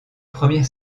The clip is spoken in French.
première